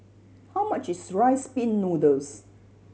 how much is Rice Pin Noodles